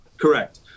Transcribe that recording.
correct